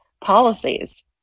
policies